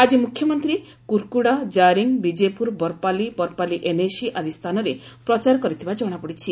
ଆକି ମୁଖ୍ୟମନ୍ତୀ କୁରୁକୁଡା ଜାରିଂ ବିଜେପୁର ବରପାଲି ବରପାଲି ଏନ୍ଏସି ଆଦି ସ୍ଥାନରେ ପ୍ରଚାର କରିଥିବା ଜଣାପଡ଼ିଛି